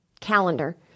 calendar